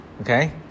Okay